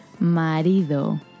Marido